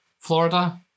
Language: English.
Florida